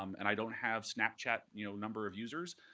um and i don't have snapchat you know number of users,